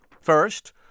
First